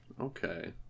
Okay